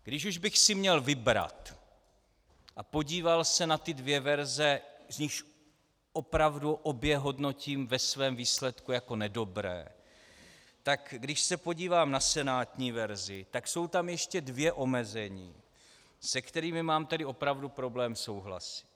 Když už bych si měl vybrat a podíval se na ty dvě verze, z nichž opravdu obě hodnotím ve svém výsledku jako nedobré, tak když se podívám na senátní verzi, tak jsou tam ještě dvě omezení, se kterými mám tedy opravdu problém souhlasit.